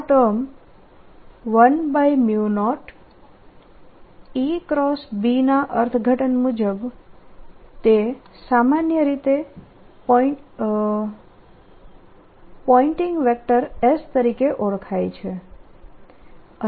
dS તો આ term 10 ના અર્થઘટન મુજબ તે સામાન્ય રીતે પોઇન્ટીંગ વેક્ટર S તરીકે ઓળખાય છે